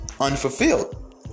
unfulfilled